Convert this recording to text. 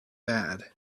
bad